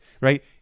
right